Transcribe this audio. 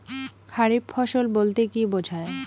খারিফ ফসল বলতে কী বোঝায়?